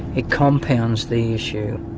it compounds the issue